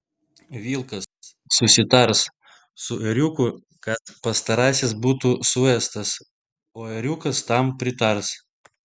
vilkas susitars su ėriuku kad pastarasis būtų suėstas o ėriukas tam pritars